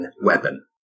weapon